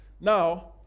Now